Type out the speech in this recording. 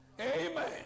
Amen